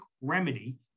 remedy